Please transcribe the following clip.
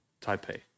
Taipei